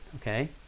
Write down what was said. Okay